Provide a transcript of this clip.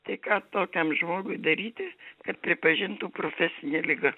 tai ką tokiam žmogui daryti kad pripažintų profesine liga